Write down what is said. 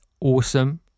awesome